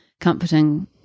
comforting